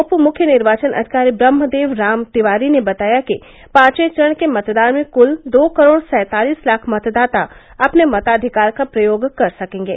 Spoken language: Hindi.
उप मुख्य निर्वाचन अधिकारी ब्रहम देव राम तिवारी ने बताया कि पांचवें चरण के मतदान में क्ल दो करोड़ सँतालीस लाख मतदाता अपने मताधिकार का प्रयोग कर सकेंगे